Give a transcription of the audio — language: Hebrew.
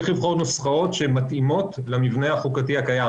צריך לבחור נוסחאות שמתאימות למבנה החוקתי הקיים,